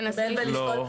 רגע.